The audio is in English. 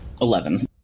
Eleven